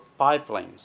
pipelines